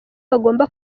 bagomba